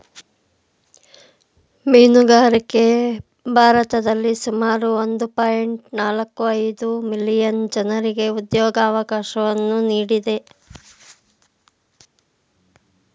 ಮೀನುಗಾರಿಕೆ ಭಾರತದಲ್ಲಿ ಸುಮಾರು ಒಂದು ಪಾಯಿಂಟ್ ನಾಲ್ಕು ಐದು ಮಿಲಿಯನ್ ಜನರಿಗೆ ಉದ್ಯೋಗವಕಾಶವನ್ನು ನೀಡಿದೆ